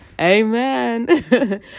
Amen